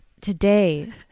today